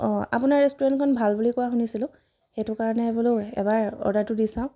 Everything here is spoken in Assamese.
অঁ আপোনাৰ ৰেষ্টুৰেণ্টখন ভাল বুলি কোৱা শুনিছিলোঁ এইটো কাৰণে বোলো এবাৰ অৰ্ডাৰটো দি চাওঁ